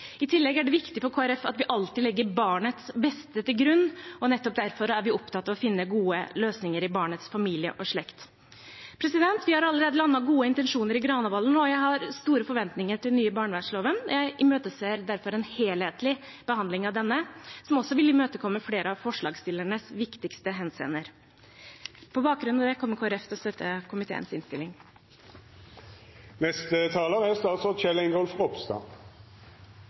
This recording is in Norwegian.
I tillegg er det viktig for Kristelig Folkeparti at vi alltid legger barnets beste til grunn, og nettopp derfor er vi opptatt av å finne gode løsninger i barnets familie og slekt. Vi har allerede landet gode intensjoner i Granavolden-plattformen, og jeg har store forventninger til den nye barnevernsloven. Jeg imøteser derfor en helhetlig behandling av denne, som også vil imøtekomme flere av forslagsstillernes viktigste henseender. På bakgrunn av det kommer Kristelig Folkeparti til å støtte komiteens innstilling. Jeg er